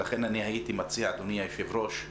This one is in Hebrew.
ולכן, אני הייתי מציע, אדוני היושב-ראש,